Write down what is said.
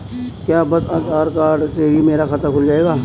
क्या बस आधार कार्ड से ही मेरा खाता खुल जाएगा?